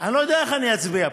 לא יודע איך אני אצביע פה.